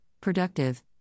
productive